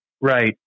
Right